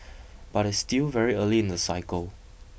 but it's still very early in the cycle